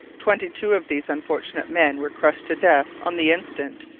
twenty-two of these unfortunate men were crushed to death on the instant,